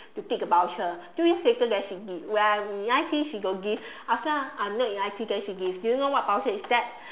to take a voucher two years later then she give when I'm in I_T_E she don't give after I'm not in I_T_E then she give do you know what voucher is that